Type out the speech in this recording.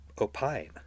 opine